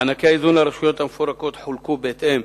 מענקי האיזון לרשויות המפורקות חולקו בהתאם